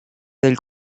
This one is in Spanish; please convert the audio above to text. del